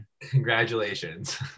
Congratulations